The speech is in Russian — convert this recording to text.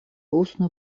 устную